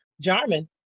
Jarman